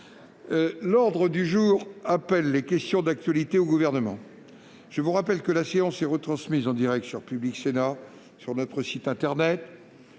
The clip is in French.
L'ordre du jour appelle les réponses à des questions d'actualité au Gouvernement. Je vous rappelle que la séance est retransmise en direct sur Public Sénat et sur notre site internet.